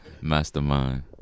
Mastermind